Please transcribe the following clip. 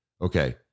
okay